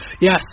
Yes